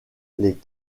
des